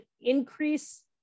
increase